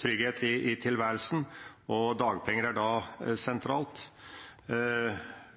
trygghet i tilværelsen, og da er dagpenger sentralt.